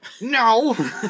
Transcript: No